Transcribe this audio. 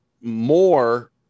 more